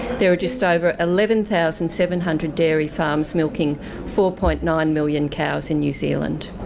there are just over eleven thousand seven hundred dairy farms milking four point nine million cows in new zealand.